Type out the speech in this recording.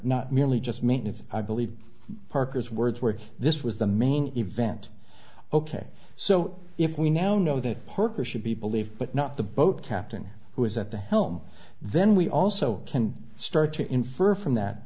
not merely just maintenance i believe parker's words were he this was the main event ok so if we now know that parker should be believed but not the boat captain who is at the helm then we also can start to infer from that